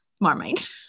Marmite